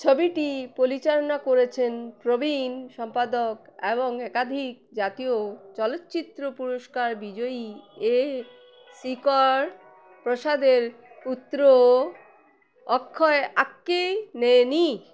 ছবিটি পরিচালনা করেছেন প্রবীণ সম্পাদক এবং একাধিক জাতীয় চলচ্চিত্র পুরস্কার বিজয়ী এ শেখর প্রসাদের পুত্র অক্ষয় আক্কিনেনি